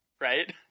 right